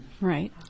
Right